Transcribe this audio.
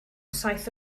saith